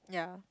yeah